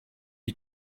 you